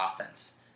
offense